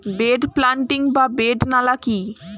Bed planting বা bed নালা কি?